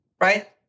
right